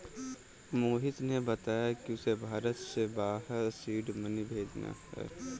मोहिश ने बताया कि उसे भारत से बाहर सीड मनी भेजने हैं